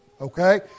okay